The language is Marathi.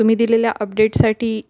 तुम्ही दिलेल्या अपडेटसाठी